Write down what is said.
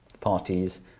parties